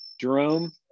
Jerome